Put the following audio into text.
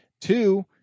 Two